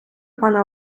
пане